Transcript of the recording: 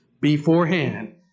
beforehand